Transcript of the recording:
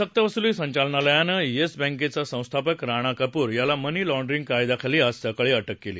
सक्तवसुली संचालनालयानं येस बँकेचा संस्थापक राणा कपूर याला मनी लाँडरिंग कायद्याखाली आज सकाळी अटक केली